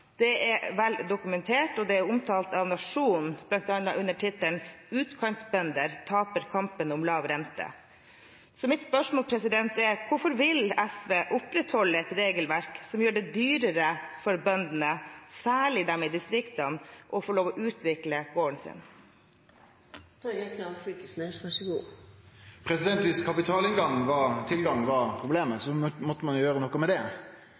Det er vel dokumentert, og det er omtalt av Nationen, bl.a. under tittelen: «Utkantbønder tapar kampen om låg rente» Mitt spørsmål er: Hvorfor vil SV opprettholde et regelverk som gjør det dyrere for bøndene, særlig i distriktene, å få lov til å utvikle gården sin? Viss kapitaltilgang var problemet, måtte ein gjere noko med det,